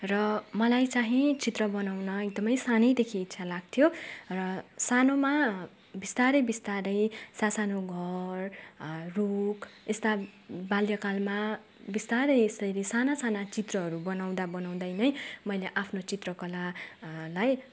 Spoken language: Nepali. र मलाई चाहिँ चित्र बनाउन एकदमै सानैदेखि इच्छा लाग्थ्यो र सानोमा बिस्तारै बिस्तारै सासानो घर रुख यस्ता बाल्यकालमा बिस्तारै यसरी साना साना चित्रहरू बनाउँदा बनाउँदै नै मैले आफ्नो चित्रकला लाई